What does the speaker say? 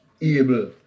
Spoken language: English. able